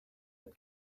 but